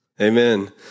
Amen